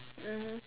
mmhmm